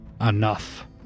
Enough